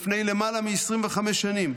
לפני למעלה מ-25 שנים,